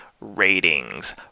ratings